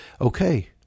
Okay